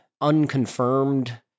unconfirmed